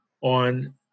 on